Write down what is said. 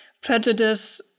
prejudice